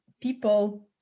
people